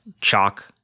chalk